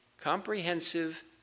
comprehensive